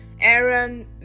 Aaron